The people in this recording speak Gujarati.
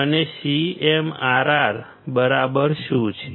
અને CMRR બરાબર શું છે